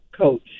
coach